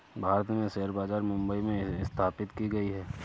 भारत में शेयर बाजार मुम्बई में स्थापित की गयी है